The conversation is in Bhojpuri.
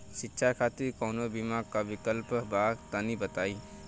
शिक्षा खातिर कौनो बीमा क विक्लप बा तनि बताई?